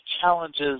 challenges